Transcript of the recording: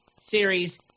Series